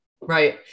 Right